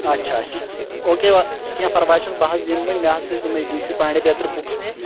اچھا اچھا او کے وَ کیٚنٛہہ پرواے چھُنہٕ بہٕ حظ یِمہٕ وۄںۍ مےٚ حظ تھٲزِ یِمَے ڈی سی پانٛڈے بیترِ بُکس نِنۍ